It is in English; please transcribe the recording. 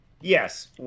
yes